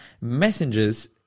Messengers